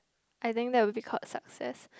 I think that would be called success